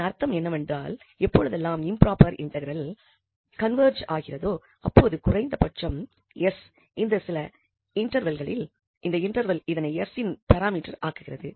இதன் அர்த்தம் என்னவென்றால் எப்பொழுதெல்லாம் இம்ப்ராபர் இன்டெக்ரல் கன்வெர்ஜ் ஆகிறதோ அப்பொழுது குறைந்தபட்சம் s இந்த சில இன்டெர்வல்களில் இந்த இன்டெக்ரல் இதனை s இன் பராமீட்டர் ஆக்குகிறது